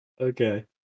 Okay